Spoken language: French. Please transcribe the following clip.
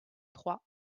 trois